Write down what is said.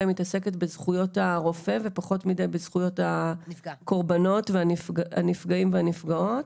מתעסקת בזכויות הרופא ופחות מדי בזכויות הקורבנות והנפגעים והנפגעות.